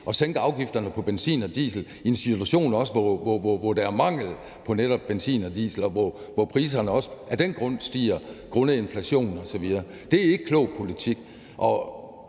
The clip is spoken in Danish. at sænke afgifterne på benzin og diesel i en situation, hvor der er mangel på netop benzin og diesel, og hvor priserne også af den grund stiger, foruden inflation osv. Det er ikke klog politik,